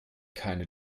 keine